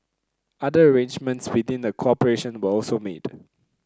other arrangements within the corporation were also made